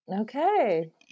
Okay